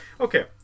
Okay